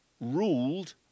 Ruled